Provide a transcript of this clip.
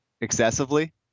excessively